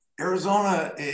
Arizona